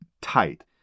tight